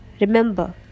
remember